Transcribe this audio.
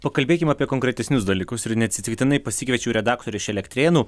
pakalbėkim apie konkretesnius dalykus ir neatsitiktinai pasikviečiau redaktorę iš elektrėnų